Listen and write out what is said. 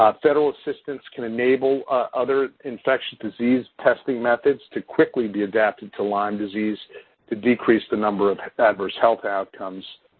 um federal assistance can enable other infectious disease testing methods to quickly be adapted to lyme disease to decrease the number of adverse health outcomes.